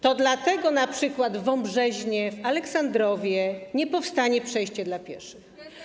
To dlatego np. w Wąbrzeźnie, w Aleksandrowie nie powstanie przejście dla pieszych.